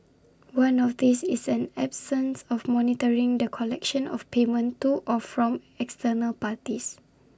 one of these is an absence of monitoring the collection of payment to or from external parties